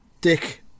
Dick